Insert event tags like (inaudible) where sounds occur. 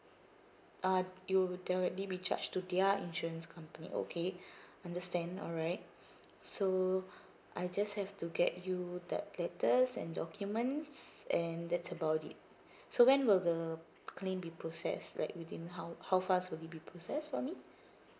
ah it'll directly be charged to their insurance company okay (breath) understand alright so I just have to get you the letters and documents and that's about it so when will the claim be processed like within how how fast will it be processed for me